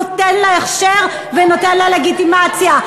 נותן לה הכשר ונותן לה לגיטימציה.